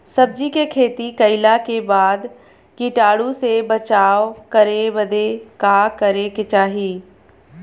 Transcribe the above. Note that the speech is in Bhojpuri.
सब्जी के खेती कइला के बाद कीटाणु से बचाव करे बदे का करे के चाही?